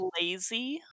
lazy